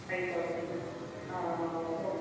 five thousand ah okay